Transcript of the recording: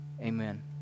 amen